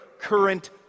current